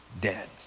dead